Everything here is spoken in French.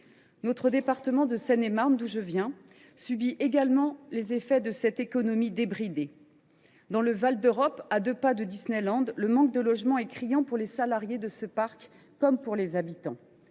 Notre département de Seine et Marne subit également les effets de cette économie débridée. À Val d’Europe, à deux pas de Disneyland, le manque de logements est criant pour les salariés du parc comme pour les habitants.